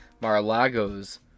Mar-a-Lago's